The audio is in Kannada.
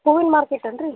ಹೂವಿನ ಮಾರ್ಕೆಟ್ ಅನ್ರಿ